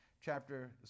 chapter